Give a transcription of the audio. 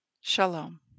Shalom